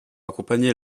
accompagner